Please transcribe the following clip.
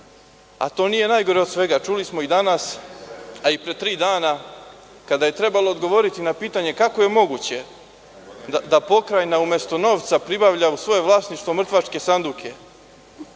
nije najgore od svega, čuli smo i danas, a i pre tri dana kada je trebalo odgovoriti na pitanje – kako je moguće da Pokrajina umesto novca pribavlja u svoje vlasništvo mrtvačke sanduke,